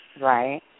Right